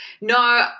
no